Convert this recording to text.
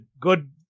good